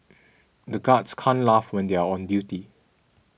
the guards can't laugh when they are on duty